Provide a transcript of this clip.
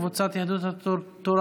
קבוצת יהדות התורה,